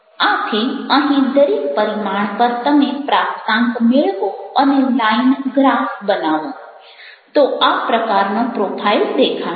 આથી અહીં દરેક પરિમાણ પર તમે પ્રાપ્તાંક મેળવો અને લાઈન ગ્રાફ બનાવો તો આ પ્રકારનો પ્રોફાઇલ દેખાશે